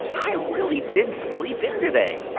i really did sleep in today